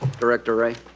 director wray?